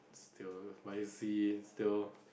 still by sea still